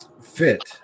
fit